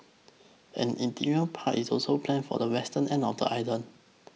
an interim park is also planned for the western end of the island